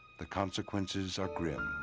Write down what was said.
the consequences are grim.